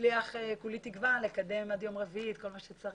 שאצליח עד יום רביעי לקדם את כל מה שצריך.